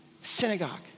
Synagogue